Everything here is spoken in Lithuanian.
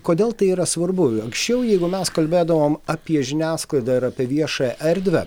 kodėl tai yra svarbu anksčiau jeigu mes kalbėdavom apie žiniasklaidą ir apie viešąją erdvę